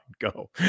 go